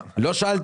לא.